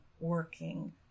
working